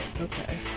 okay